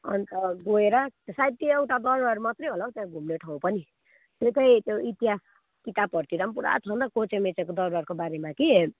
अन्त गएर सायद त्यो एउटा दरबार मात्रै होला हौ त्यहाँ घुम्ने ठाउँ पनि त्यो चाहिँ त्यो इतिहास किताबहरूतिर पनि पुरा छन् त कोचेमेचेको दरबारको बारेमा कि